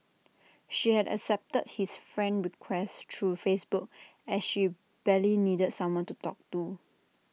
she had accepted his friend request through Facebook as she badly needed someone to talk to